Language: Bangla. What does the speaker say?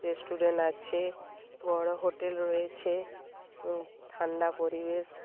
রেস্টুরেন্ট আছে বড় হোটেল রয়েছে ঠান্ডা পরিবেশ